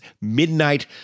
Midnight